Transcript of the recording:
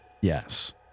Yes